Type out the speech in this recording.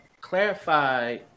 clarify